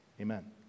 Amen